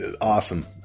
Awesome